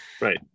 Right